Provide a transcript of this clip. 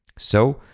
so,